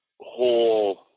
whole